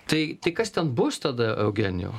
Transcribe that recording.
tai tai kas ten bus tada eugenijau